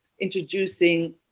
introducing